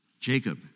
Jacob